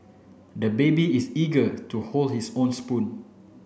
the baby is eager to hold his own spoon